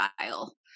style